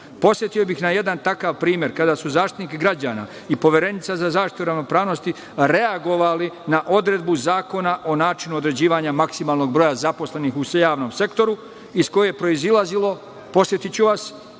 Podsetio bih na jedan takav primer, kada su Zaštitnik građana i Poverenica za zaštitu ravnopravnosti reagovali na odredbu Zakona o načinu određivanja maksimalnog broja zaposlenih u javnom sektoru, iz koje je proizilazilo, podsetiću vas,